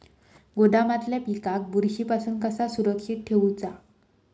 गोदामातल्या पिकाक बुरशी पासून कसा सुरक्षित ठेऊचा?